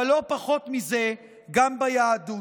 אבל לא פחות מזה גם ביהדות.